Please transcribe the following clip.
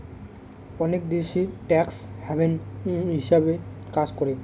অনেক দেশ tax haven হিসাবে কাজ করে